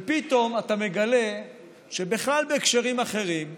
ופתאום אתה מגלה שבכלל בהקשרים אחרים,